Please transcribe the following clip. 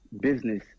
business